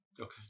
Okay